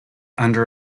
under